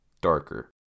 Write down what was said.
darker